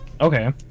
Okay